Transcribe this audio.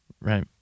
right